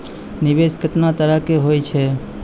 निवेश केतना तरह के होय छै?